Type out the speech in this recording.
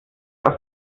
aus